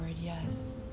yes